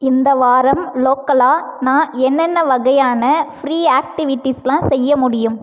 இந்த வாரம் லோக்கலாக நான் என்னென்ன வகையான ஃப்ரீ ஆக்டிவிட்டீஸ்லாம் செய்ய முடியும்